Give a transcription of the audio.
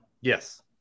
Yes